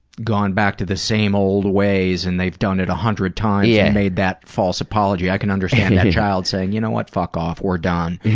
gone back to the same old ways and they've done it a hundred times and yeah made that false apology, i can understand that child saying you know what, fuck off, we're done.